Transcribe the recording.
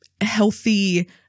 healthy